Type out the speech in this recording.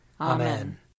Amen